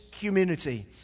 community